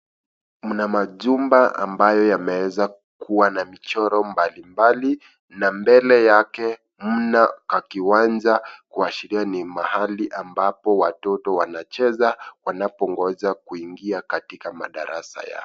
Mna majumba ambayo yameweza kuwa na michoro mbalimbali na mbele yake mna ka kiwanja kuashiria ni mahali ambapo watoto wanacheza wanapongoja kuingia katika madarasa yao.